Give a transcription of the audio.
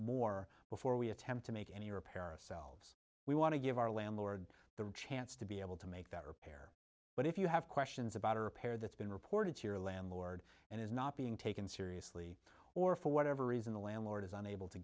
more before we attempt to make any repair of selves we want to give our landlord the chance to be able to make that but if you have questions about a repair that's been reported to your landlord and is not being taken seriously or for whatever reason the landlord is unable to